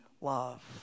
love